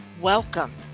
Welcome